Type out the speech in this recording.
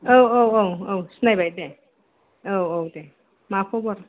औ औ औ सिनायबाय दे औ औ दे मा खबर